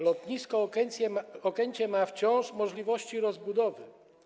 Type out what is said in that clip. Lotnisko Okęcie ma wciąż możliwości rozbudowy.